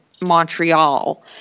Montreal